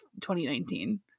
2019